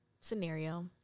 scenario